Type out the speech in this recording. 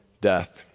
death